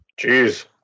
Jeez